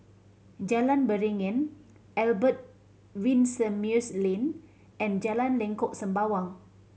Jalan Beringin Albert Winsemius Lane and Jalan Lengkok Sembawang